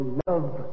love